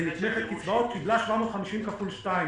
היא נתמכת קצבאות, היא קיבלה 750 כפול שתיים.